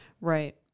Right